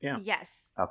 Yes